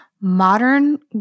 modern